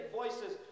voices